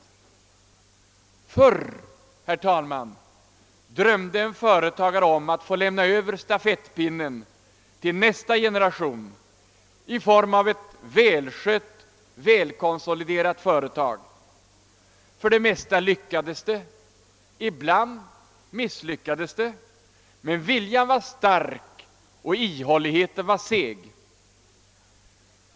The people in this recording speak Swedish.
Förr, herr talman, drömde en företagare om att få lämna över stafettpinnen till nästa generation i form av ett välskött, välkonsoliderat företag. För det mesta lyckades det, ibland misslyckades det, men viljan var stark, och ihålligheten var seg.